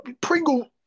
Pringle